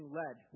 led